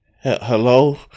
Hello